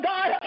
God